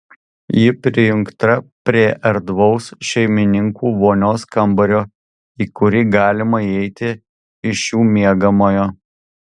ji prijungta prie erdvaus šeimininkų vonios kambario į kurį galima įeiti iš jų miegamojo